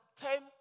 ten